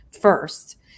first